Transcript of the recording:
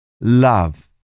Love